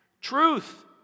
Truth